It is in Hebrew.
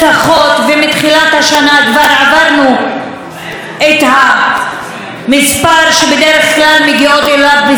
מתחילת השנה כבר עברנו את המספר שבדרך כלל מגיעים אליו בסוף השנה,